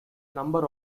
number